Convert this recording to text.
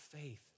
faith